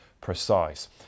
precise